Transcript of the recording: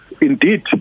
indeed